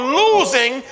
losing